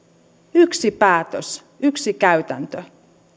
yksi päätös yksi käytäntö